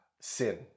sin